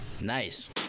Nice